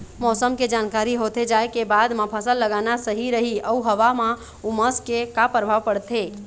मौसम के जानकारी होथे जाए के बाद मा फसल लगाना सही रही अऊ हवा मा उमस के का परभाव पड़थे?